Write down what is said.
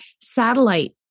satellite